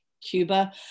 Cuba